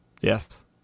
Yes